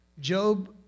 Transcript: Job